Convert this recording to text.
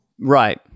right